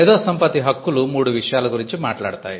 మేధో సంపత్తి హక్కులు మూడు విషయాల గురించి మాట్లాడతాయి